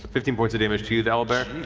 fifteen points of damage to you, the owlbear.